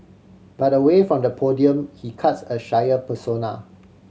but away from the podium he cuts a shyer persona